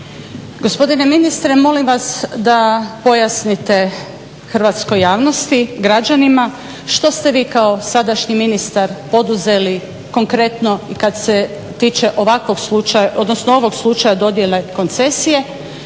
Gospodine ministre molim vas da pojasnite hrvatskoj javnosti, građanima što ste vi kao sadašnji ministar poduzeli konkretno i kad se tiče ovakvog slučaja, odnosno